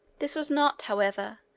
this was not, however,